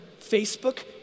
Facebook